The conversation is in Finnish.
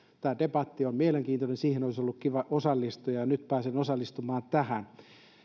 tämä debatti on mielenkiintoinen siihen olisi ollut kiva osallistua ja ja nyt pääsen osallistumaan tähän